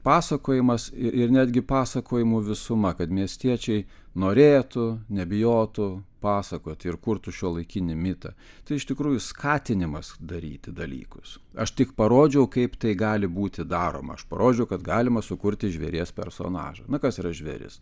pasakojimas ir ir netgi pasakojimų visuma kad miestiečiai norėtų nebijotų pasakoti ir kurtų šiuolaikinį mitą tai iš tikrųjų skatinimas daryti dalykus aš tik parodžiau kaip tai gali būti daroma aš parodžiau kad galima sukurti žvėries personažą na kas yra žvėris